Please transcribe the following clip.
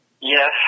Yes